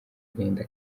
agahinda